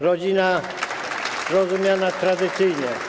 Rodzina rozumiana tradycyjnie.